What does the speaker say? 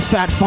Fat